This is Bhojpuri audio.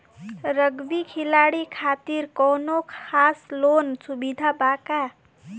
रग्बी खिलाड़ी खातिर कौनो खास लोन सुविधा बा का?